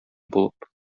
булып